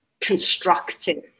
constructive